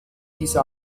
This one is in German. diese